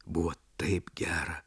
buvo taip gera